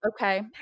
okay